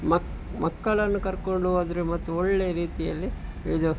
ಮಕ್ಕ ಮಕ್ಕಳನ್ನು ಕರಕೊಂಡು ಹೋದ್ರೆ ಮಾತ್ರ ಒಳ್ಳೆಯ ರೀತಿಯಲ್ಲಿ ಇದು